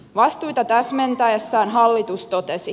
vastuita täsmentäessään hallitus totesi